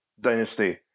Dynasty